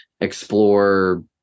explore